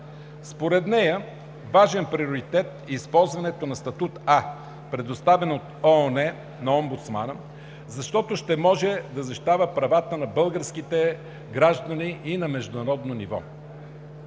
Според нея важен приоритет е използването на статут „А“, предоставен от ООН на омбудсмана, защото ще може да защитава правата на българските граждани и на международно ниво.